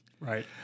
Right